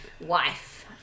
wife